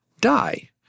die